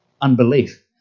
unbelief